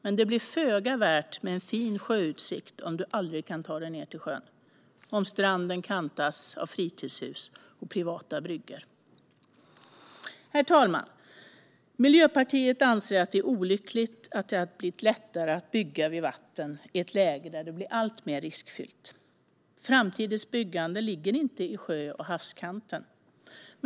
Men det blir föga värt med en fin sjöutsikt om du aldrig kan ta dig ned till sjön, om stranden kantas av fritidshus och privata bryggor. Herr talman! Miljöpartiet anser att det är olyckligt att det har blivit lättare att bygga vid vatten i ett läge där det blir alltmer riskfyllt. Framtidens byggande ligger inte vid sjö eller havskanten.